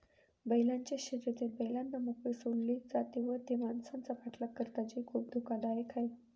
बैलांच्या शर्यतीत बैलांना मोकळे सोडले जाते व ते माणसांचा पाठलाग करतात जे खूप धोकादायक आहे